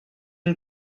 une